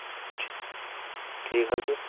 ٹھیٖک حظ چھُ